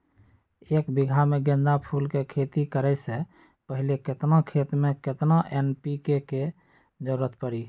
एक बीघा में गेंदा फूल के खेती करे से पहले केतना खेत में केतना एन.पी.के के जरूरत परी?